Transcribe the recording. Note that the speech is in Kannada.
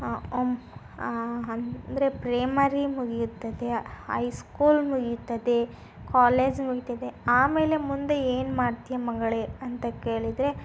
ಅಂದರೆ ಪ್ರೈಮರಿ ಮುಗಿಯುತ್ತದೆ ಹೈಸ್ಕೂಲ್ ಮುಗಿಯುತ್ತದೆ ಕಾಲೇಜ್ ಮುಗಿತದೆ ಆಮೇಲೆ ಮುಂದೆ ಏನು ಮಾಡ್ತಿಯಾ ಮಗಳೇ ಅಂತ ಕೇಳಿದರೆ